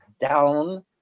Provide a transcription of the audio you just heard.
down